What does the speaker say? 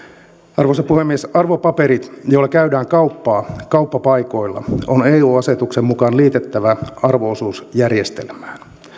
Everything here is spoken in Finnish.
arvoisa puhemies arvopaperit joilla käydään kauppaa kauppapaikoilla on eu asetuksen mukaan liitettävä arvo osuusjärjestelmään